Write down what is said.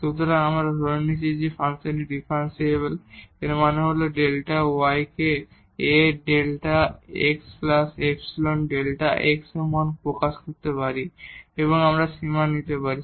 সুতরাং আমরা ধরে নিয়েছি যে ফাংশনটি ডিফারেনশিবল এর মানে হল আমরা Δ y কে A Δ xϵ Δ x সমান প্রকাশ করতে পারি এবং এখন আমরা সীমা নিতে পারি